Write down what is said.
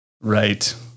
right